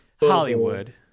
Hollywood